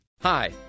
Hi